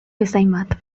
bezainbat